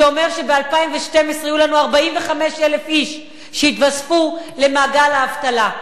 שאומר שב-2012 יהיו לנו 45,000 איש שיתווספו למעגל האבטלה.